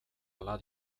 hala